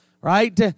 right